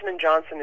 Johnson